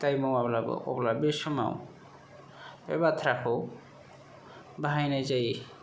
दाय मावाब्लाबो अब्ला बे समाव बे बाथ्राखौ बाहायनाय जायो